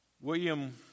William